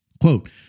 Quote